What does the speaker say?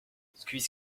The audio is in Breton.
skuizh